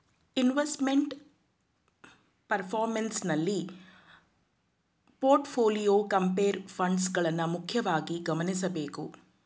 investment performance ನಲ್ಲಿ portfolio, compare funds ಗಳನ್ನ ಮುಖ್ಯವಾಗಿ ಗಮನಿಸಬೇಕು